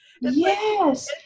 yes